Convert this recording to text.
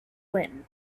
wind